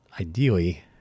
ideally